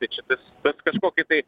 tai čia tas bet kažkokių tai